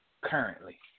currently